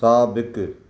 साबिक़ु